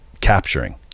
capturing